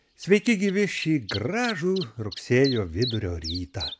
sveiki gyvi šį gražų rugsėjo vidurio rytą